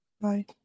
Bye